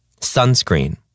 Sunscreen